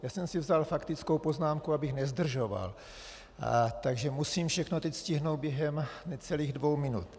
Vzal jsem si faktickou poznámku, abych nezdržoval, takže musím teď všechno stihnout během necelých dvou minut.